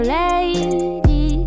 lady